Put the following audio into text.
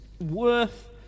worth